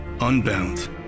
unbound